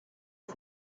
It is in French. aux